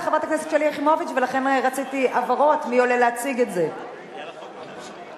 חברת הכנסת שלי יחימוביץ תציג את הצעת החוק כהצעה לסדר-היום.